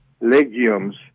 legumes